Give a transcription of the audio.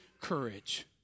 courage